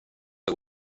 att